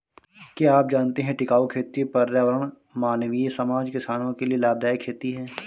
क्या आप जानते है टिकाऊ खेती पर्यावरण, मानवीय समाज, किसानो के लिए लाभदायक खेती है?